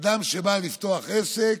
אדם שבא לפתוח עסק,